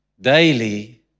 daily